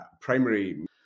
primary